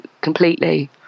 completely